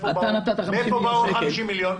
מאיפה באו ה-50 מיליון?